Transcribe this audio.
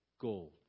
Gold